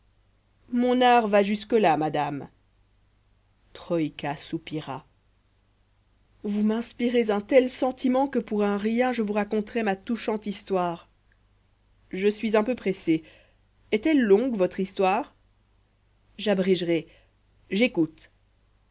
mon art va jusque-là madame troïka soupira vous m'inspirez un tel sentiment que pour un rien je vous raconterais ma touchante histoire je suis un peu pressé est-elle longue votre histoire j'abrégerai j'écoute